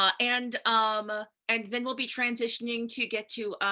um and um ah and then we'll be transitioning to get to